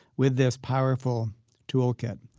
with this powerful tool kit.